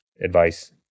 advice